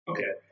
Okay